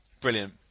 Brilliant